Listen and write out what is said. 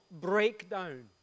breakdown